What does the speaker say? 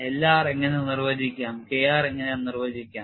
L r എങ്ങനെ നിർവചിക്കാം K r എങ്ങനെ നിർവചിക്കാം